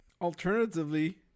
Alternatively